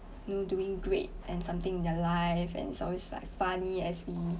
you know doing great and something in their life and it's always like funny as we